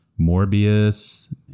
Morbius